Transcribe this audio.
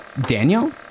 Daniel